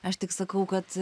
aš tik sakau kad